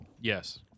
Yes